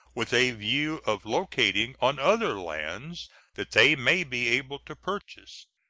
with a view of locating on other lands that they may be able to purchase,